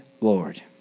Lord